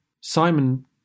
Simon